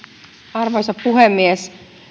arvoisa puhemies